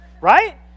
right